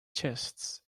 chests